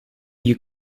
you